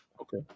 Okay